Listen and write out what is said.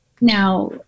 now